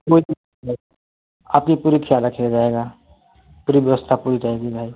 कोई नहीं आपकी पूरी ख्याल रखा जाएगा पूरी व्यवस्था पूरी रहेगी भाई